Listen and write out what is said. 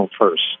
first